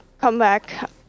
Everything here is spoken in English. comeback